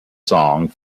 song